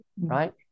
right